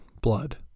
blood